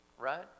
right